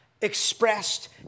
expressed